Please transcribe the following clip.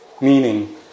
Meaning